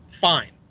fine